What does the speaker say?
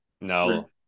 No